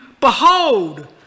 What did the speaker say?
behold